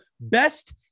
best